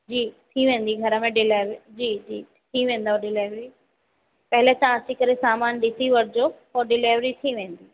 जी थी वेंदी घर में डिलेव जी जी थी वेंदौ डिलेवरी पहिरियों तव्हां अची करे सामान ॾिसी वठिजो पोइ डिलेवरी थी वेंदी